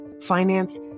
finance